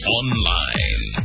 online